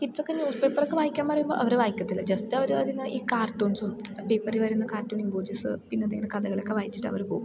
കിഡ്സൊക്കെ news പേപ്പറൊക്കെ വായിക്കാൻ പറയുമ്പോൾ അവർ വായിക്കത്തില്ല ജസ്റ്റ് അവർ വരുന്നത് ഈ കാർട്ടൂൺസും പേപ്പറിൽ വരുന്ന കാർട്ടൂൺ ഇമോജീസ് പിന്നെന്തെങ്കിലും കഥകളൊക്കെ വായിച്ചിട്ട് അവർ പോകും